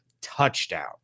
TOUCHDOWN